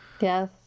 Yes